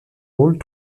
rôles